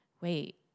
wait